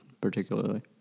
particularly